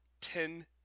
ten